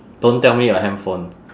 don't tell me your handphone